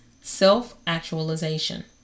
self-actualization